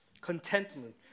Contentment